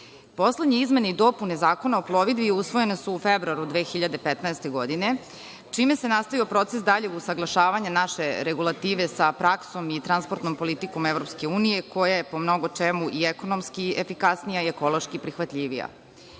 turizma. Poslednje izmene i dopune Zakona o plovidbi usvojene su u februaru 2015. godine, čime se nastavio proces daljeg usaglašavanja naše regulative sa praksom i transportnom politikom EU koja je po mnogo čemu i ekonomski i efikasnija i ekološki prihvatljivija.